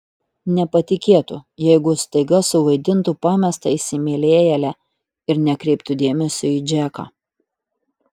nepatikėtų jeigu staiga suvaidintų pamestą įsimylėjėlę ir nekreiptų dėmesio į džeką